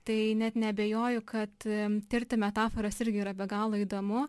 tai net neabejoju kad tirti metaforas irgi yra be galo įdomu